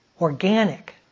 Organic